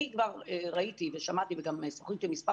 אני כבר ראיתי ושמעתי וגם דיברו איתי מספר